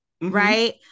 right